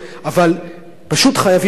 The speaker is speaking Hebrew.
פשוט חייבים להבין,